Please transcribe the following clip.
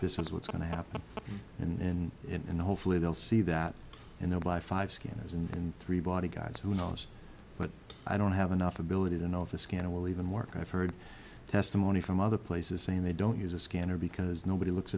this is what's going to happen and and hopefully they'll see that and they'll buy five scanners and three bodyguards who knows but i don't have enough ability to know if a scanner will even work i've heard testimony from other places saying they don't use a scanner because nobody looks